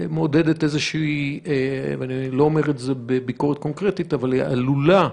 אני לא אומר את זה בביקורת קונקרטית עלולה,